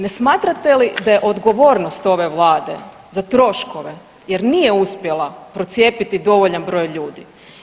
Ne smatrate li da je odgovornost ove vlade za troškove jer nije uspjela procijepiti dovoljan broj ljudi?